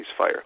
ceasefire